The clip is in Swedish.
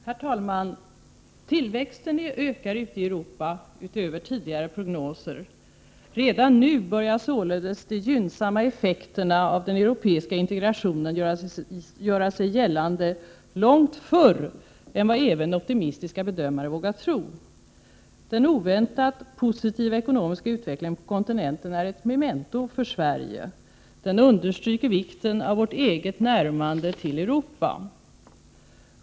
Herr talman! Tillväxten ökar ute i Europa utöver tidigare prognoser. Redan nu börjar således de gynnsamma effekterna av den europeiska integrationen göra sig gällande — långt tidigare än vad även optimistiska bedömare vågat tro. Den oväntat positiva ekonomiska utvecklingen på kontinenten är ett memento för Sverige. Den understryker vikten av vårt eget närmande till Europa.